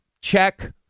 Check